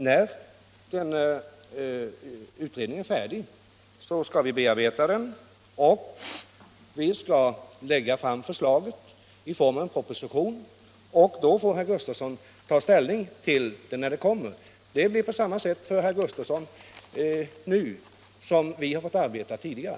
När utredningen är färdig skall vi bearbeta den och lägga fram förslaget i form av en proposition. Då får herr Gustavsson ta ställning till den. Det blir på samma sätt för herr Gustavsson nu, som vi på borgerligt håll har fått arbeta tidigare.